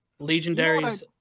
legendaries